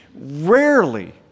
Rarely